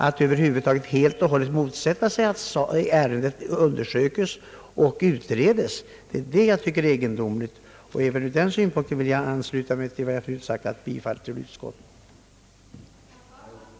Att över huvud taget helt och hållet motsätta sig att denna fråga undersökes och utredes, tycker jag är egendomligt. Även ur den synpunkten vill jag ansluta mig till det yrkande jag tidigare ställt, nämligen om bifall till utskottets hemställan.